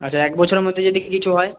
আচ্ছা এক বছরের মধ্যে যদি কিছু হয়